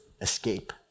escape